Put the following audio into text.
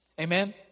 Amen